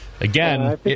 Again